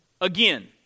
again